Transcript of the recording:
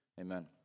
Amen